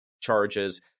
charges